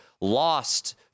lost